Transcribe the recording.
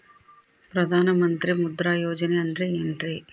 ಪ್ರಧಾನ ಮಂತ್ರಿ ಮುದ್ರಾ ಯೋಜನೆ ಅಂದ್ರೆ ಏನ್ರಿ?